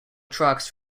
tracks